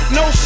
no